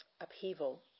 upheaval